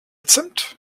zimt